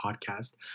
podcast